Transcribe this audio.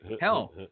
hell